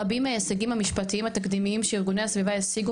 רבים מההישגים המשפטיים התקדימיים שארגוני הסביבה השיגו,